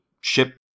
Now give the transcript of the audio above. ship